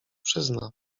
przyzna